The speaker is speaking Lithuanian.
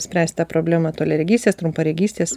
spręst tą problemą toliaregystės trumparegystės